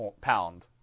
pound